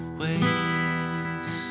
ways